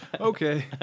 Okay